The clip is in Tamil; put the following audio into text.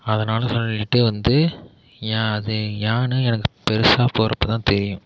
அதனால் சொல்லிட்டு வந்து ஏன் அது ஏன்னு எனக்கு பெரிசா போறப்போதான் தெரியும்